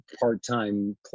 part-time